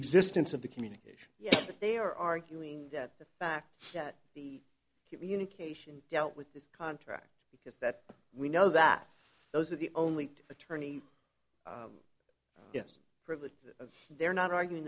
existence of the communication yes they are arguing that the fact that the unification dealt with this contract is that we know that those are the only attorney yes privilege of they're not arguing